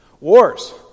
Wars